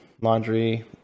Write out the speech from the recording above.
laundry